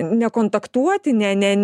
nekontaktuoti ne ne